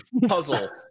puzzle